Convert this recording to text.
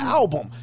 album